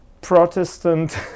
protestant